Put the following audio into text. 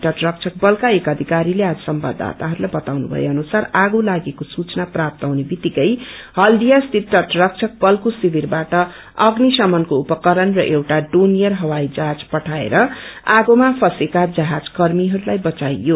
तट रक्षक बलका एक अधिकारीले आज संवाददाताइस्ताई बताउनु भए अनुसार आगो लागेको सूचना प्राप्त हुने वितिकै हल्दीया स्थित तट रक्षक बलको शिविरबाट अग्निशमनको उपकरण र एउटा डोनियर ह्वाई जहाज पठाएर आगोमा फसेको जहाज कर्मीहरूलाई बचाइयो